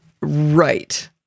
Right